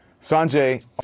Sanjay